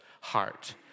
heart